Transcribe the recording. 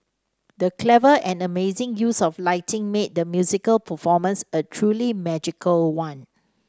the clever and amazing use of lighting made the musical performance a truly magical one